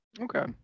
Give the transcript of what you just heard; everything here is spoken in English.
Okay